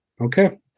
Okay